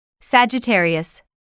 Sagittarius